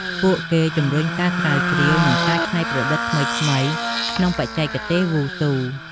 ពួកគេជំរុញការស្រាវជ្រាវ និងការច្នៃប្រឌិតថ្មីៗក្នុងបច្ចេកទេសវ៉ូស៊ូ។